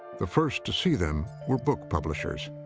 the first to see them were book publishers.